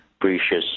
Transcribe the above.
precious